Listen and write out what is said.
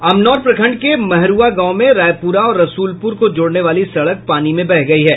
अमनौर प्रखंड के महरूआ गांव में रायपुरा और रसुलपुर को जोड़ने वाली सड़क पानी में बह गयी है